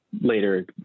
later